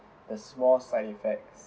the small side effects